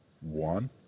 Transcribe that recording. one